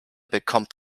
bekommt